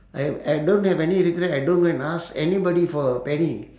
I I don't have any regret I don't go and ask anybody for a penny